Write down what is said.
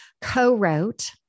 co-wrote